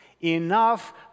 enough